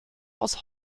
aus